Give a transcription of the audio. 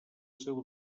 seu